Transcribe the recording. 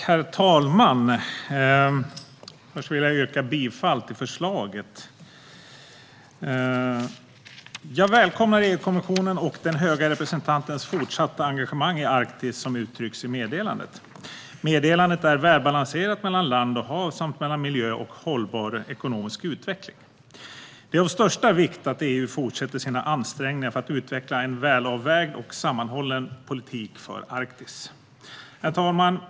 Herr talman! Jag vill börja med att yrka bifall till utskottets förslag i utlåtandet. Jag välkomnar EU-kommissionens och den höga representantens fortsatta engagemang i Arktis, vilket uttrycks i meddelandet. Meddelandet är välbalanserat mellan land och hav samt mellan miljö och hållbar ekonomisk utveckling. Det är av största vikt att EU fortsätter sina ansträngningar för att utveckla en välavvägd och sammanhållen politik för Arktis.